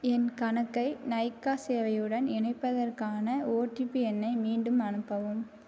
என் கணக்கை நைக்கா சேவையுடன் இணைப்பதற்கான ஓடிபி எண்ணை மீண்டும் அனுப்பவும்